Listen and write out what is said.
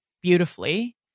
beautifully